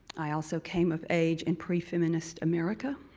i also came of age in pre-feminist america.